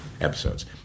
episodes